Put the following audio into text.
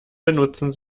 benutzen